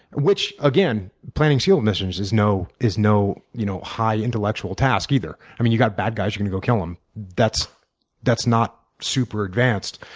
which again, planning seal missions is no is no you know high, intellectual task, either. you've got bad guys you're going to go kill them. that's that's not super advanced.